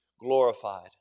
glorified